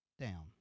down